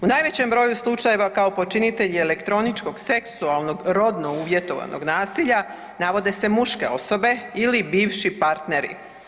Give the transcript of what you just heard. U najvećem broju slučajeva kao počinitelj elektroničkog, seksualnog, rodno uvjetovanog nasilja navode se muške osobe ili bivši partneri.